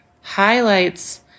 highlights